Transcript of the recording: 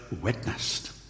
witnessed